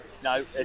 No